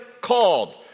called